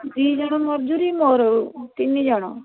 ଦୁଇ ଜଣ ମଜୁରୀ ମୋର ତିନି ଜଣ